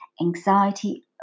anxiety